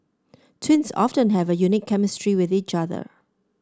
twins often have a unique chemistry with each other